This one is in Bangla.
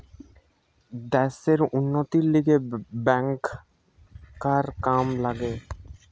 দ্যাশের উন্নতির লিগে ব্যাংকার কাম লাগে